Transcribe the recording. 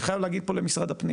ואני חייב להגיד פה למשרד הפנים